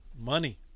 Money